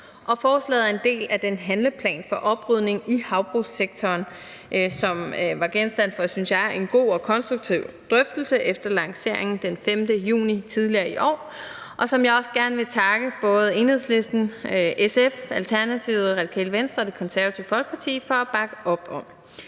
Forslaget er en del af den handleplan for oprydning i havbrugssektoren, som var genstand for – synes jeg – en god og konstruktiv drøftelse efter lanceringen den 5. juni tidligere i år, og som jeg også gerne vil takke både Enhedslisten, SF, Alternativet, Det Radikale Venstre og Det Konservative Folkeparti for at bakke op om.